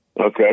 Okay